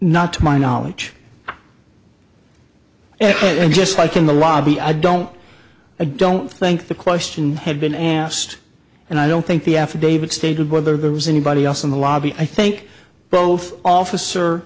not to my knowledge just like in the lobby i don't i don't think the question had been asked and i don't think the affidavit stated whether there was anybody else in the lobby i think both officer